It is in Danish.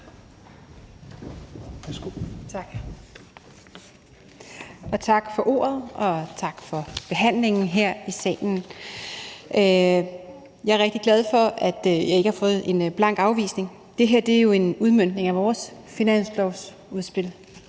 Tak for ordet, og tak for behandlingen her i salen. Jeg er rigtig glad for, at jeg ikke har fået en blank afvisning. Det her er jo en udmøntning af vores finanslovsudspil.